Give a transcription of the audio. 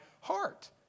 heart